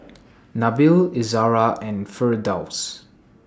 Nabil Izara and Firdaus